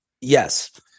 Yes